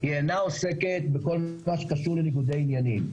היא אינה עוסקת בכל מה שקשור לניגודי עניינים.